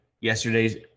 yesterday's